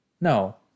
No